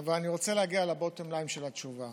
אבל אני רוצה להגיע ל-bottom line של התשובה: